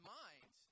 mind